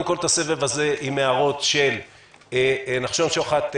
הסבב הזה עם הערות של נחשון שוחט,